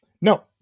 No